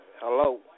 Hello